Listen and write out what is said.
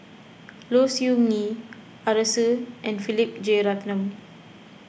Low Siew Nghee Arasu and Philip Jeyaretnam